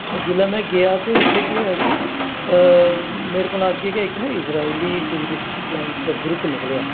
ओह् जुल्लै में गेआ ते उत्थें केह् होया कि मेरे कोला अग्गें गै इक ना इजराइली टूरिस्टस दा इक ग्रुप निकलेआ